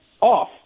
off